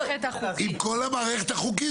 עם כל המערכת החוקית.